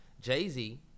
Jay-Z